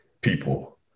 people